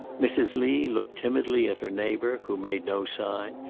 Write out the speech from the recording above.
mrs. lee looked timidly at her neighbour, who made no sign,